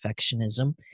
perfectionism